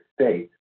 States